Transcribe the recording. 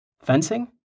Fencing